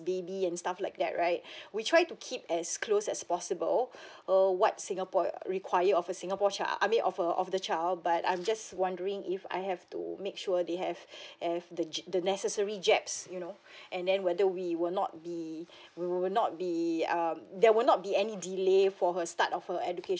baby and stuff like that right we try to keep as close as possible uh what singapore uh required of a singapore child I mean of a of the child but I'm just wondering if I have to make sure they have have the j~ the necessary jabs you know and then whether we will not be we will not be um there will not be any delay for her start of her education